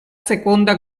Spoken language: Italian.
seconda